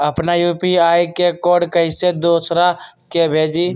अपना यू.पी.आई के कोड कईसे दूसरा के भेजी?